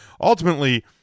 ultimately